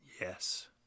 Yes